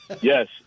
Yes